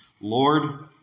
Lord